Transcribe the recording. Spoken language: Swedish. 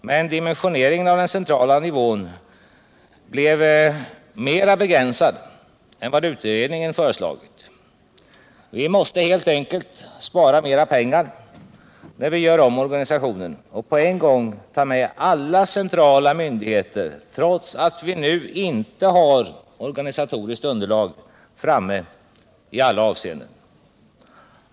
Men dimensioneringen av den centrala nivån blev mera begränsad än vad utredningen föreslagit. Vi måste helt enkelt spara mer pengar när vi gör om organisationen och på en gång ta med alla centrala myndigheter, trots att vi inte nu har organisatoriskt underlag framme i alla avseenden.